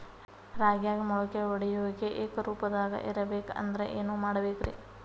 ರಾಗ್ಯಾಗ ಮೊಳಕೆ ಒಡೆಯುವಿಕೆ ಏಕರೂಪದಾಗ ಇರಬೇಕ ಅಂದ್ರ ಏನು ಮಾಡಬೇಕ್ರಿ?